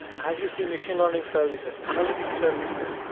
as you see, machine learning services, analytics services,